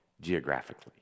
geographically